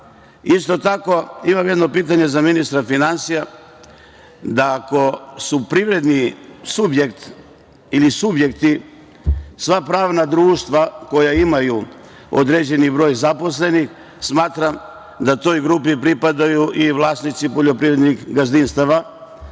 tako, imam jedno pitanje za ministra finansija, da ako su privredni subjekt ili subjekti sva pravna društva koja imaju određeni broj zaposlenih smatram da toj grupi pripadaju i vlasnici poljoprivrednih gazdinstava,